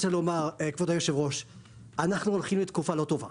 אדוני היושב ראש אנחנו הולכים לתקופה לא טובה,